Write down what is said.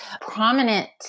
prominent